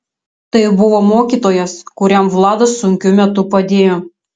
tai buvo mokytojas kuriam vladas sunkiu metu padėjo